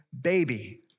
baby